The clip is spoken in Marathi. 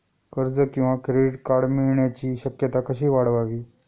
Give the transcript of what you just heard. कर्ज किंवा क्रेडिट कार्ड मिळण्याची शक्यता कशी वाढवावी?